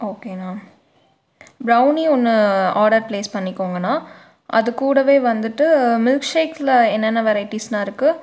ஓகேண்ணா ப்ரௌனி ஒன்று order place பண்ணிக்கோங்கண்ணா அதுக்கூடவே வந்துட்டு மில்க் ஷேக்ஸில் என்னென்ன வெரைட்டிஸ்ண்ணா இருக்குது